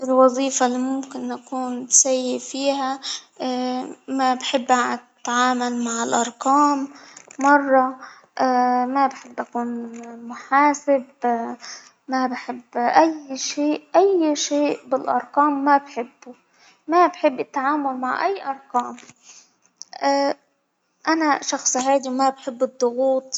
الوظيفة اللي ممكن أكون سيئ فيها ما بحب أتعامل مع الارقام مرة ما بحب أكون محاسب، ما بحب أي شيء أي شيء بالأرقام ما بحبه، ما بحب التعامل مع أي ارقام، أنا شخص هادي وما بحب الضغوط.